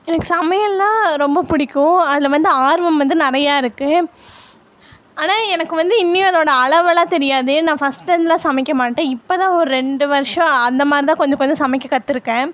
எனக்கு சமையல்னா ரொம்ப பிடிக்கும் அதில் வந்து ஆர்வம் வந்து நிறையா இருக்குது ஆனால் எனக்கு வந்து இன்றையும் அதோடய அளவெல்லாம் தெரியாது நான் ஃபர்ஸ்ட் வந்தெல்லாம் சமைக்கமாட்டேன் இப்போதான் ஒரு ரெண்டு வருசம் அந்த மாதிரிதான் கொஞ்சம் கொஞ்சம் சமைக்க கற்றுருக்கேன்